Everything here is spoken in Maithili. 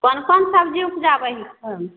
कोन कोन सब्जी ऊपजाबै हिकऽ